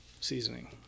seasoning